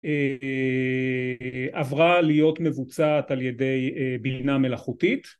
עברה להיות מבוצעת על ידי בינה מלאכותית...